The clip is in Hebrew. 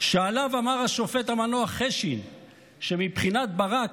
שעליו אמר השופט המנוח חשין שמבחינת ברק,